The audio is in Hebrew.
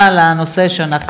לא מתאים לך, אדוני השר.